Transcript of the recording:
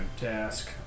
...task